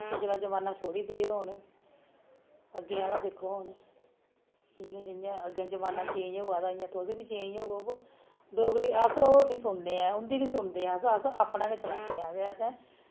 पिछला ज़माना छोड़ी देओ हू'न अग्गें आह्ला दिक्खो हू'न कियां कियां हू'न जमाना चेंज़ होआ दा इं'या तुस बी चेंज़ होवो पर डोगरी अस ओह् बी सुनने आं उं'दी बी सुनदे आं अस अपना गै चलाने आं ते असें